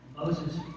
Moses